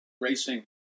racing